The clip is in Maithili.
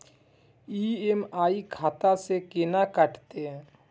ई.एम.आई खाता से केना कटते?